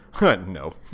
No